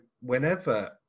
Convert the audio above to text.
whenever